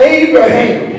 abraham